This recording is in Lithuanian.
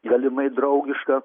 galimai draugišką